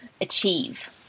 achieve